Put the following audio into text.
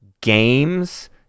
games